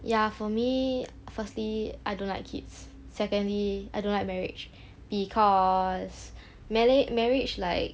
ya for me firstly I don't like kids secondly I don't like marriage because meley~ marriage like